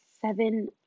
seven